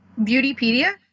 Beautypedia